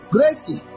Gracie